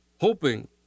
hoping